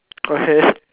okay